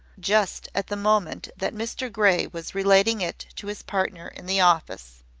just at the moment that mr grey was relating it to his partner in the office.